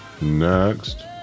next